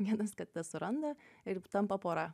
vienas kitą suranda ir tampa pora